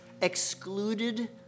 excluded